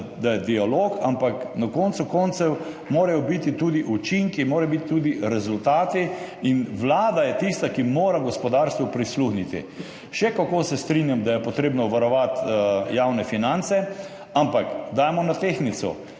dialog, ampak na koncu koncev morajo biti tudi učinki, morajo biti tudi rezultati in Vlada je tista, ki mora gospodarstvu prisluhniti. Še kako se strinjam, da je potrebno varovati javne finance, ampak dajmo na tehtnico,